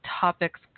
topics